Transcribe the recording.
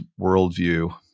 worldview